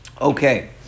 Okay